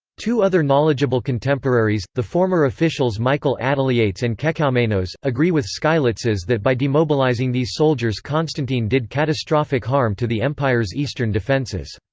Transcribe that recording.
two other knowledgeable contemporaries, the former officials michael attaleiates and kekaumenos, agree with skylitzes that by demobilizing these soldiers constantine did catastrophic harm to the empire's eastern defenses.